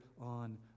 on